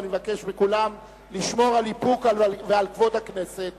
ואני מבקש מכולם לשמור על איפוק ועל כבוד הכנסת.